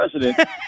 president